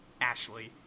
Ashley